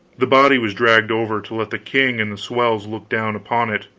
the body was dragged over to let the king and the swells look down upon it.